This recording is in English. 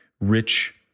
rich